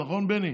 95% נכון, בני?